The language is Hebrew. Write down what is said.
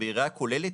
בראייה כוללת,